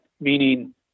meaning